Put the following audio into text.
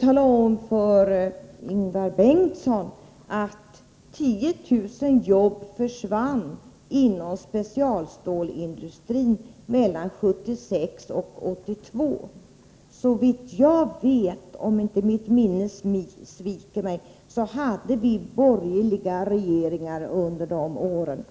tala om för Ingvar Karlsson i Bengtsfors att 10 000 jobb försvann inom specialstålsindustrin mellan 1976 och 1982. Såvitt jag vet, och om inte mitt minne sviker mig, hade vi borgerliga regeringar under de åren.